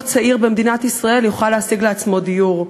צעיר במדינת ישראל יוכל להשיג לעצמו דיור.